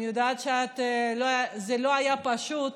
אני יודעת שזה לא היה פשוט,